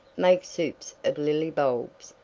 make soups of lily bulbs,